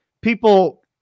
people